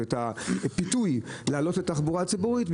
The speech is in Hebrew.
הפיתוי לנוסע מזדמן לעלות לתחבורה הציבורית,